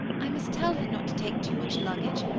i must tell her not to take too much luggage.